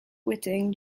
whiting